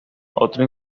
otro